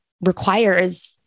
requires